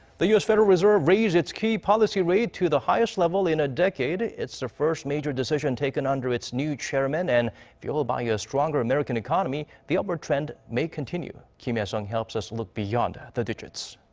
the u s. federal reserve raised its key policy rate to the highest level in a decade. it's the first major decision taken under its new chairman. and fuelled by a stronger american economy. the upward trend may continue. kim hye-sung helps us look beyond the digits.